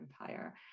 Empire